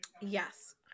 yes